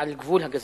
על גבול הגזענות.